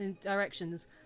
directions